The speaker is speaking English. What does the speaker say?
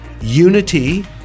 Unity